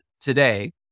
today